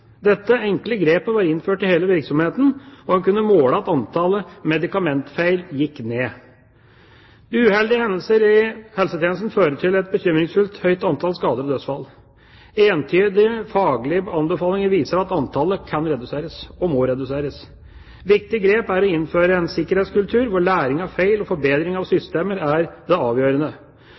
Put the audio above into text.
Dette enkle grepet var innført i hele virksomheten, og en kunne måle at antall medikamentfeil gikk ned. Uheldige hendelser i helsetjenesten fører til et bekymringsfullt høyt antall skader og dødsfall. Entydige faglige anbefalinger viser at antallet kan reduseres – og må reduseres. Viktige grep er å innføre en sikkerhetskultur hvor læring av feil og forbedring av systemer er det avgjørende.